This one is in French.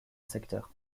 secteur